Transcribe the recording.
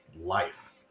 life